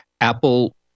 apple